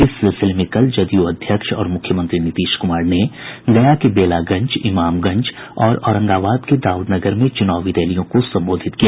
इस सिलसिले कल जदयू अध्यक्ष और मुख्यमंत्री नीतीश कुमार ने गया के बेलागंज इमामगंज और औरंगाबाद के दाउद नगर में चुनावी रैलियों को संबोधित किया